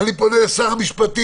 ואני פונה אל שר המשפטים